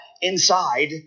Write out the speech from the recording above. inside